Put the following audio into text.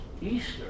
Easter